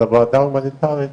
לוועדה ההומניטארית,